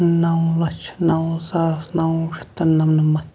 نَو لَچھ نَو ساس نَو شیٚتھ تہٕ نَمنَمَتھ